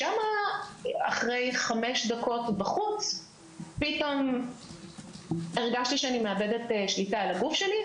שם אחרי חמש דקות בחוץ פתאום הרגשתי שאני מאבדת שליטה על הגוף שלי,